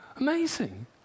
amazing